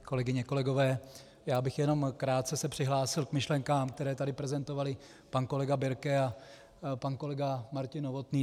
Kolegyně, kolegové, jenom krátce bych se přihlásil k myšlenkám, které tady prezentovali pan kolega Birke a pan kolega Martin Novotný.